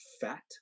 fat